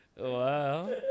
Wow